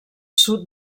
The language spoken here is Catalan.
sud